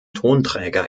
tonträger